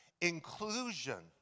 inclusion